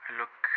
look